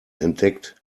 entdeckt